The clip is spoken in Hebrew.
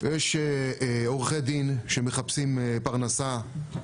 יש עורכי דין שמחפשים פרנסה,